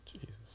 Jesus